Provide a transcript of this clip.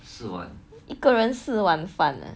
一个人四碗饭